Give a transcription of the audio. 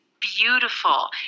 beautiful